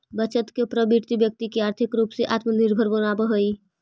बचत के प्रवृत्ति व्यक्ति के आर्थिक रूप से आत्मनिर्भर बनावऽ हई